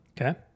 Okay